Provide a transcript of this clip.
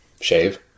shave